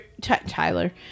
Tyler